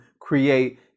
create